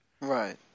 Right